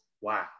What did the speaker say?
wow